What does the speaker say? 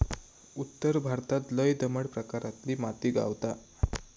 उत्तर भारतात लय दमट प्रकारातली माती गावता